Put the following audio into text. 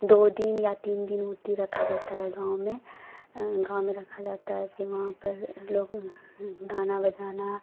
दो दिन या तीन दिन मूर्ति रखी जाती है गाँव में गाँव में रखी जाती है फिर वहाँ पर लोग गाना बजाना